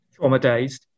Traumatized